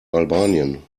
albanien